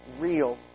real